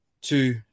Two